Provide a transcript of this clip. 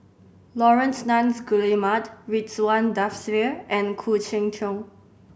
Laurence Nunns Guillemard Ridzwan Dzafir and Khoo Cheng Tiong